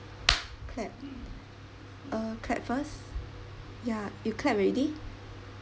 clap uh clap first ya you clap already